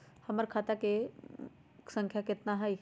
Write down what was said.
हमर खाता के सांख्या कतना हई?